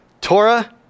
Torah